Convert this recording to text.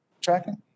Tracking